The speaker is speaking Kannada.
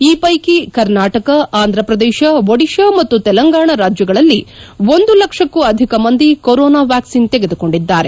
ಈ ವೈಕಿ ಕರ್ನಾಟಕ ಆಂಧ್ರಪ್ರದೇಶ ಒಡಿಶಾ ಮತ್ತು ತೆಲಂಗಾಣ ರಾಜ್ಯಗಳಲ್ಲಿ ಒಂದು ಲಕ್ಷಕ್ಕೂ ಅಧಿಕ ಮಂದಿ ಕೊರೊನಾ ವಾಕ್ಸಿನ್ ತೆಗೆದುಕೊಂಡಿದ್ದಾರೆ